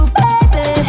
baby